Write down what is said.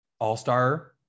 all-star